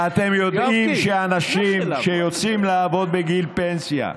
אתם יודעים שאנשים שיוצאים לעבוד בגיל פנסיה,